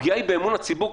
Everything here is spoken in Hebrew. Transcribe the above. הפגיעה היא באמון הציבור,